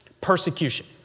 Persecution